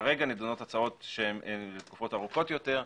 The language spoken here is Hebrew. כרגע נדונות הצעות שהן לתקופות ארוכות יותר.